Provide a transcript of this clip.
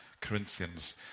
Corinthians